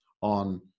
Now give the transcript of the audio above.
on